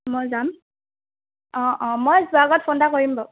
মই যাম অ অ মই যোৱাৰ আগত ফোন এটা কৰিম বাৰু